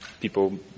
people